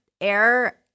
air